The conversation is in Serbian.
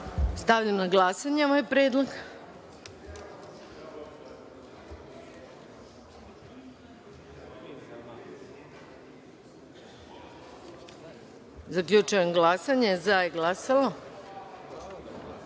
Stavljam na glasanje ovaj predlog. Zaključujem glasanje i saopštavam: